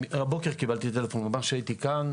הבוקר קיבלתי טלפון ממש כשהייתי כאן,